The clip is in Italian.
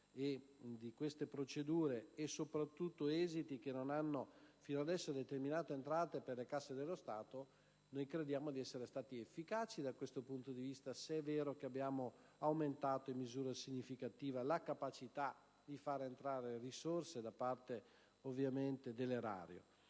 di queste procedure e soprattutto esiti che non hanno finora determinato entrate per le casse dello Stato, noi crediamo di essere stati efficaci da questo punto di vista, se è vero che abbiamo aumentato in misura significativa la capacità di far entrare risorse da parte dell'erario.